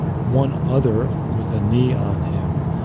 one other with a knee on him,